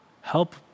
help